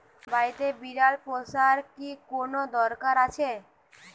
বাড়িতে বিড়াল পোষার কি কোন দরকার আছে?